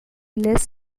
less